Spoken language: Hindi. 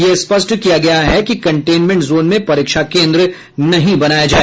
यह स्पष्ट किया गया है कि कंटेनमेंट जोन में परीक्षा केंद्र न बनाया जाए